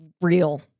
real